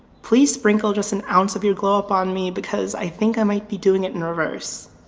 please sprinkle just an ounce of your glow-up on me, because i think i might be doing it in reverse.